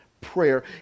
prayer